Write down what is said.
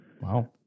Wow